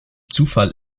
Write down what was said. zufall